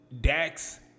Dax